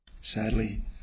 Sadly